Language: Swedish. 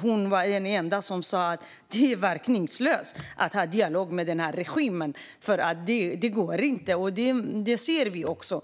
Hon var den enda som sa att det är verkningslöst att ha dialog med denna regim - det går inte. Det ser vi också.